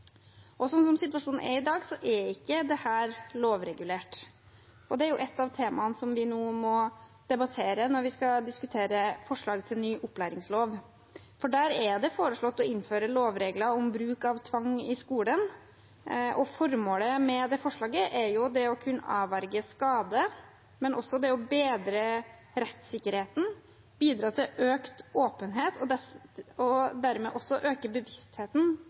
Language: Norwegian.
Sånn som situasjonen er i dag, er ikke dette lovregulert, og det er et av temaene som vi må debattere nå når vi skal diskutere forslag til ny opplæringslov, for der er det foreslått å innføre lovregler om bruk av tvang i skolen. Formålet med det forslaget er å kunne avverge skade, men også det å bedre rettssikkerheten, bidra til økt åpenhet og dermed også øke bevisstheten